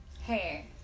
hey